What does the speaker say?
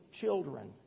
children